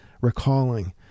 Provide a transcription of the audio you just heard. recalling